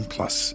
Plus